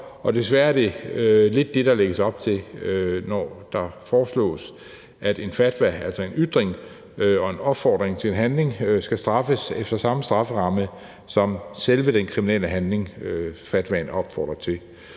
og desværre er det lidt det, der lægges op til, når der foreslås, at en fatwa, altså en ytring og en opfordring til en handling, skal straffes efter samme strafferamme som selve den kriminelle handling, fatwaen opfordrer til.